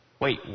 Wait